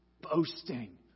boasting